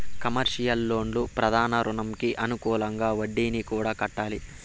commercial లోన్లు ప్రధాన రుణంకి అనుకూలంగా వడ్డీని కూడా కట్టాలి